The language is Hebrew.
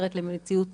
למציאות